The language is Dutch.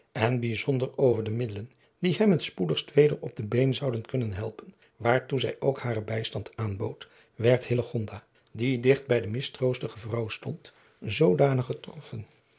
en bijzonder over de middelen die hem het spoedigst weder op de been zouden kunnen helpen waartoe zij ook haren bijstand aanbood werd hillegonda die digt bij de mistroostige vrouw stond zoodanig getroffen